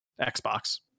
Xbox